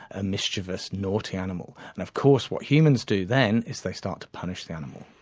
a mischievous, naughty animal. and of course what humans do then is they start to punish the animal,